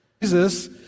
Jesus